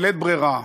בלית ברירה,